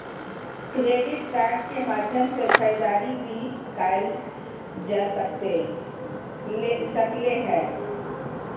credit card के माध्यम से खरीदारी भी कायल जा सकले हें